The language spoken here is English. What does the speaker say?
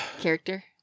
Character